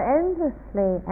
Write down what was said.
endlessly